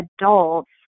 adults